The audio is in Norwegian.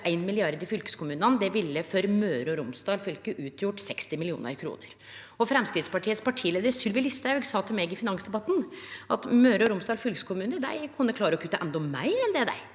1 mrd. kr til fylkeskommunane. Det ville for Møre og Romsdal fylke utgjort 60 mill. kr, og Framstegspartiets partileiar Sylvi Listhaug sa til meg i finansdebatten at Møre og Romsdal fylkeskommune kunne klare å kutte endå meir enn det.